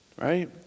right